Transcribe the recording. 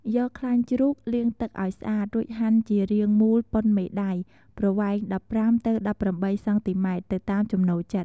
យកខ្លាញ់ជ្រូកលាងទឹកឱ្យស្អាត រួចហាន់ជារៀងមូលប៉ុនមេដៃប្រវែង ១៥ ទៅ ១៨ សង់ទីម៉ែត្រ ទៅតាមចំណូលចិត្ត។